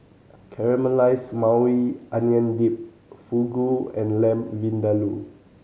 Caramelized Maui Onion Dip Fugu and Lamb Vindaloo